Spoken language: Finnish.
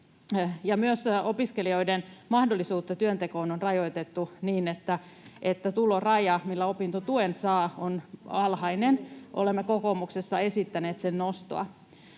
Myös opiskelijoiden mahdollisuutta työntekoon on rajoitettu niin, että tuloraja, millä opintotuen saa, on alhainen. Olemme kokoomuksessa esittäneet sen nostoa.